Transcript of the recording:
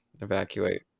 evacuate